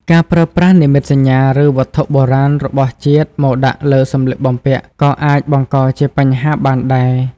ការប្រើប្រាស់និមិត្តសញ្ញាឬវត្ថុបុរាណរបស់ជាតិមកដាក់លើសម្លៀកបំពាក់ក៏អាចបង្កជាបញ្ហាបានដែរ។